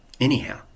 Anyhow